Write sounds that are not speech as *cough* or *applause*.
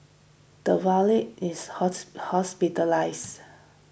the valet is *unintelligible* hospitalised